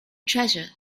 treasure